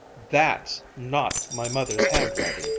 that's not my mother's handwriting!